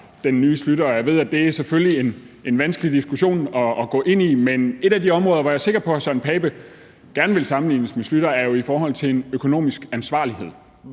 den nye Schlüter. Jeg ved, at det selvfølgelig er en vanskelig diskussion at gå ind i, men et af de områder, hvor jeg er sikker på hr. Søren Pape Poulsen gerne vil sammenlignes med Schlüter, er jo i forhold til en økonomisk ansvarlighed,